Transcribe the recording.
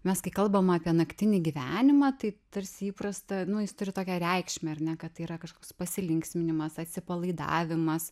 mes kai kalbam apie naktinį gyvenimą tai tarsi įprasta nu jis turi tokią reikšmę ar ne kad tai yra kažkoks pasilinksminimas atsipalaidavimas